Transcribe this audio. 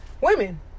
women